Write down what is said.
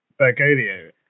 bergoglio